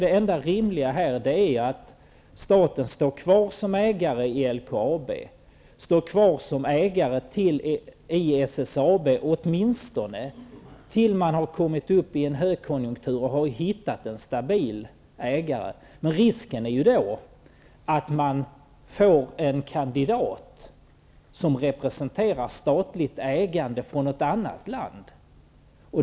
Det enda rimliga är att staten står kvar som ägare i LKAB och SSAB, åtminstone tills man har kommit in i en högkonjunktur och har hittat en stabil ägare. Risken är då att man får en kandidat som representerar statligt ägande från något annat land.